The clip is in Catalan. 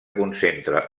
concentra